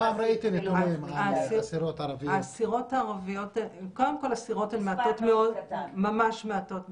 קודם כל אסירות הן מעטות מאוד, ממש מעטות בשב"ס,